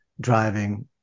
driving